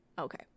Okay